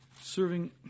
serving